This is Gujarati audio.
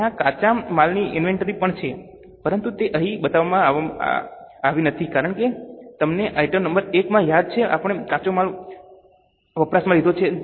ત્યાં કાચા માલની ઇન્વેન્ટરી પણ છે પરંતુ તે અહીં બતાવવામાં આવી નથી કારણ કે તમને આઇટમ નંબર I માં યાદ છે આપણે કાચો માલ વપરાશમાં લીધો છે